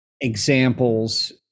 examples